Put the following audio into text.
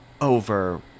over